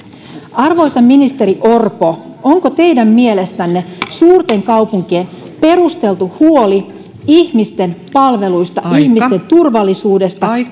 arvoisa ministeri orpo onko teidän mielestänne suurten kaupunkien perusteltu huoli ihmisten palveluista ja ihmisten turvallisuudesta